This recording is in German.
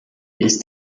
ist